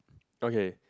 okay